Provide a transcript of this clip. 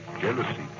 Jealousy